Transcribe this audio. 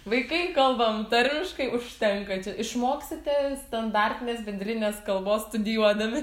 vaikai kalbam tarmiškai užtenka išmoksite standartinės bendrinės kalbos studijuodami